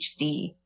HD